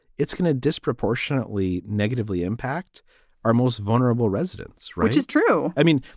it's going to disproportionately negatively impact our most vulnerable residents. right. is true. i mean,